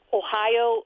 ohio